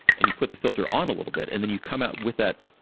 and you put the filter on a little bit, and then you come out with that.